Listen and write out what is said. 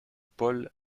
paul